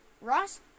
Ross